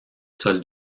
sol